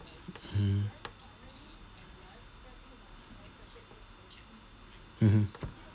mm mmhmm